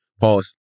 Pause